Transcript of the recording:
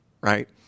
right